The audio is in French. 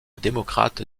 démocrate